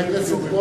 חבר הכנסת בוים,